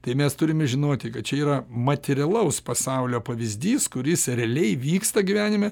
tai mes turime žinoti kad čia yra materialaus pasaulio pavyzdys kuris realiai vyksta gyvenime